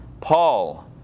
Paul